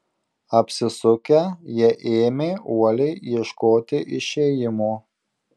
apsisukę jie ėmė uoliai ieškoti išėjimo